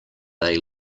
they